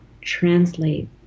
translate